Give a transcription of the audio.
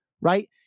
Right